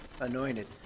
anointed